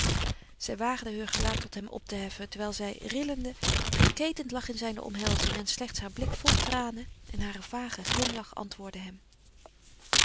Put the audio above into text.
zij waagde heur gelaat tot hem op te heffen terwijl zij rillende geketend lag in zijne omhelzing en slechts haar blik vol tranen en haar vage glimlach antwoordden hem